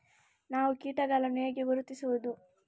ನಾವು ಕೀಟಗಳನ್ನು ಹೇಗೆ ಗುರುತಿಸುವುದು?